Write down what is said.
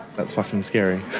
that's fucking scary.